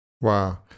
Wow